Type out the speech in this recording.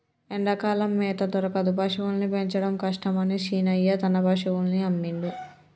ఎండాకాలం మేత దొరకదు పశువుల్ని పెంచడం కష్టమని శీనయ్య తన పశువుల్ని అమ్మిండు